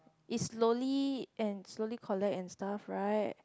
it's slowly and slowly collect and stuff right